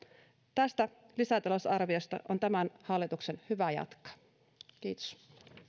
tästä lisätalousarviosta on tämän hallituksen hyvä jatkaa kiitos